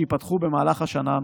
שייפתחו במהלך השנה הנוכחית.